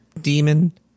demon